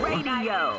Radio